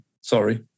Sorry